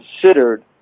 considered